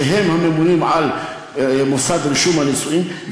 שהם הממונים על מוסד רישום הנישואין,